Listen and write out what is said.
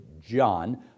John